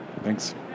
Thanks